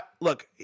look